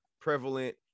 prevalent